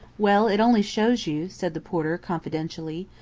well, it only shows you, said the porter confidentially,